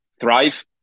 thrive